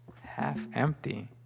Half-empty